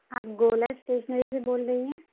آپ گولا اسٹیشنری سے بول رہی ہیں